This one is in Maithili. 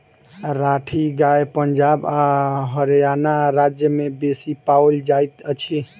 राठी गाय पंजाब आ हरयाणा राज्य में बेसी पाओल जाइत अछि